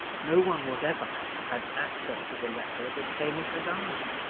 no one whatever had access to the letter but hamish and i.